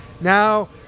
now